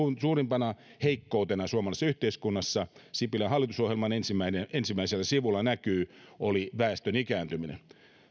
suurimpana heikkoutena suomalaisessa yhteiskunnassa sipilän hallitusohjelman ensimmäisellä sivulla näkyy oli väestön ikääntyminen